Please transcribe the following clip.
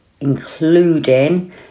including